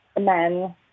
men